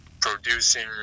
producing